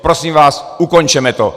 Prosím vás, ukončeme to!